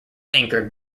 anchored